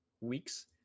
weeks